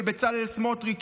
של בצלאל סמוטריץ',